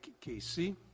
Casey